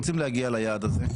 מתי אתם רוצים להגיע ליעד הזה?